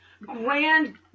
grand